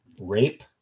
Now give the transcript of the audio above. Rape